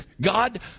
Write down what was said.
God